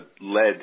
led